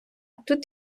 тут